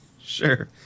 Sure